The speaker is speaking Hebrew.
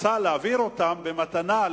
רוצה להעביר אותם במתנה.